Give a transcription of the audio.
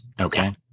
Okay